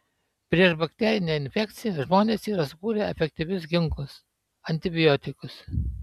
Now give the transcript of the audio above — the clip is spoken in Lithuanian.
prieš bakterinę infekciją žmonės yra sukūrę efektyvius ginklus antibiotikus